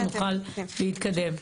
שנוכל להתקדם.